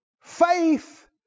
Faith